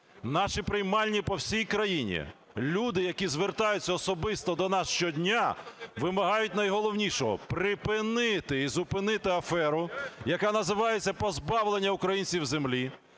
Наші приймальні по всієї країні. Люди, які звертаються особисто до нас щодня, вимагають найголовнішого: припинити і зупинити аферу, яка називається "позбавлення українців землі".